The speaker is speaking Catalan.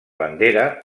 bandera